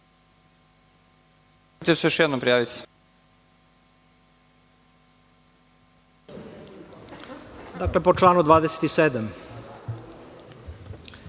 hvala vam